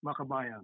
Makabayan